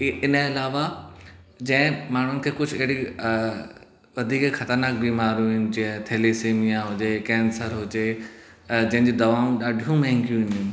इ हिनजे अलावा जंहिं माण्हूअ खे कुझु अहिड़ी वधीक खतरनाक बीमारियूं आहिनि जीअं थेलीसेमिया हुजे कैंसर हुजे जंहिंजी दवाईयू ॾाढीयूं महांगियूं आहिनि